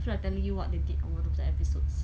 feel like telling you what they did on one of the episodes